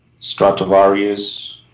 Stratovarius